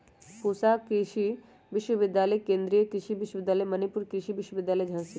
पूसा कृषि विश्वविद्यालय, केन्द्रीय कृषि विश्वविद्यालय मणिपुर, कृषि विश्वविद्यालय झांसी